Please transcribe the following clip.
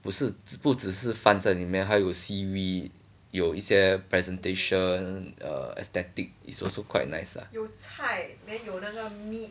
不是只不只是饭在里面还有 seaweed 有一些 presentation uh aesthetic is also quite nice ah